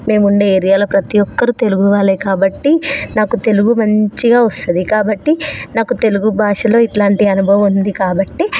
మేం ఉండే ఏరియాలో ప్రతి ఒక్కరు తెలుగు వాళ్ళే కాబట్టి నాకు తెలుగు మంచిగా వస్తది కాబట్టి నాకు తెలుగు భాషలో ఇట్లాంటి అనుభవం ఉంది కాబట్టి